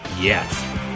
Yes